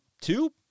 two